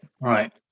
right